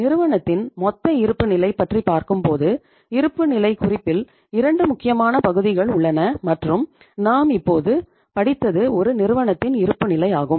நிறுவனத்தின் மொத்த இருப்புநிலை பற்றி பார்க்கும்போது இருப்புநிலைக் குறிப்பில் 2 முக்கியமான பகுதிகள் உள்ளன மற்றும் நாம் இப்போது படித்தது ஒரு நிறுவனத்தின் இருப்புநிலை ஆகும்